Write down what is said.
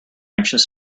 anxious